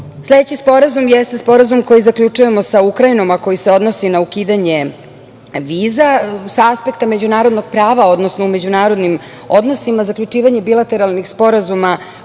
čeka. Sledeći sporazum jeste Sporazum koji zaključujemo sa Ukrajinom, a koji se odnosi na ukidanje viza. Sa aspekta međunarodnog prava, odnosno u međunarodnim odnosima zaključivanje bilateralnih sporazuma